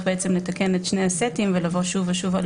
לתקן את שני הסטים ונצטרך לבוא שוב ושוב,